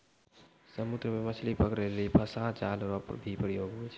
समुद्र मे मछली पकड़ै लेली फसा जाल रो भी प्रयोग हुवै छै